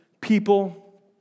people